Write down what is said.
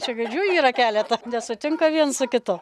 čia gaidžių yra keleta nesutinka viens su kitu